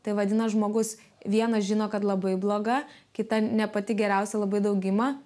tai vadina žmogus vienas žino kad labai bloga kita ne pati geriausia labai daug ima